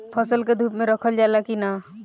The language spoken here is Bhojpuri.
फसल के धुप मे रखल जाला कि न?